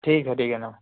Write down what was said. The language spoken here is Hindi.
ठीक है ठीक है नमस्ते